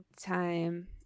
Time